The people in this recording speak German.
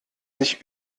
sich